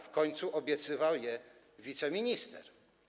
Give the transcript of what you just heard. W końcu obiecywał je wiceminister.